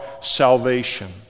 salvation